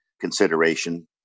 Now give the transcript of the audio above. consideration